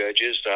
judges